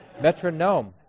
Metronome